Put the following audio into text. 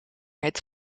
het